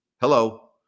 Hello